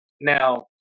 Now